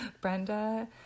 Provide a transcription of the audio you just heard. Brenda